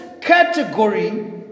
category